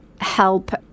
help